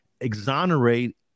exonerate